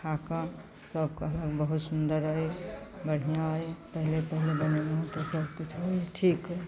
खाकऽ सब कहलक बहुत सुन्दर अइ बढ़िआँ अइ पहिले पहिल बनेलहुँ तऽ सबकिछु ठीक अइ